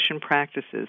practices